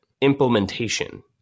implementation